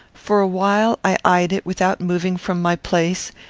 for a while i eyed it without moving from my place,